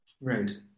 right